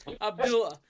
Abdullah